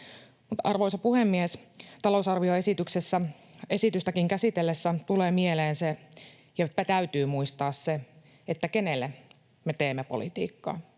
Arvoisa puhemies! Talousarvioesitystäkin käsiteltäessä tulee mieleen se ja täytyy muistaa se, kenelle me teemme politiikkaa.